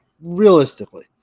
realistically